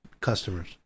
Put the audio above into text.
customers